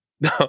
No